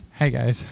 hi guys.